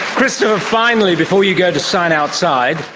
christopher, finally, before you go to sign outside,